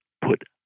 put